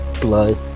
Blood